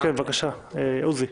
כן, בבקשה, עוזי.